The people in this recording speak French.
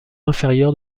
inférieure